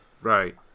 Right